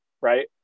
right